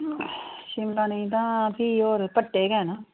शिमला नेईं तां फ्ही होर भठे गै न